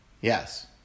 Yes